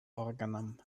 органом